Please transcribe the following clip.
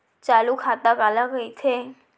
चालू खाता काला कहिथे?